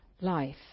life